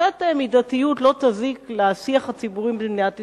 קצת מידתיות לא תזיק לשיח הציבורי במדינת ישראל.